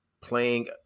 playing